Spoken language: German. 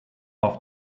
auf